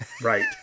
Right